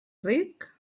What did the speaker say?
ric